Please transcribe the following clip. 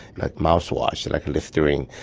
like mouthwash, like listerine.